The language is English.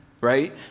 right